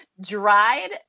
Dried